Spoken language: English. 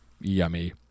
Yummy